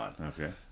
Okay